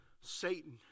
Satan